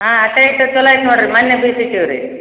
ಹಾಂ ಟೇಸ್ಟ್ ಛಲೋ ಐತೆ ನೋಡಿರಿ ಮೊನ್ನೆ ಬೆಯ್ಸಿಟ್ಟಿವಿ ರೀ